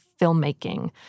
filmmaking